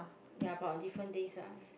ya but on different days ah